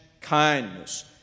kindness